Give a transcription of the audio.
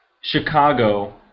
Chicago